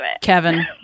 Kevin